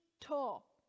tall